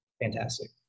fantastic